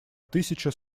тысяча